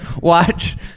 watch